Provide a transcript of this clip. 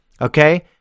okay